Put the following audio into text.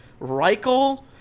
Reichel